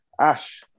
Ash